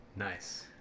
nice